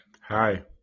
Hi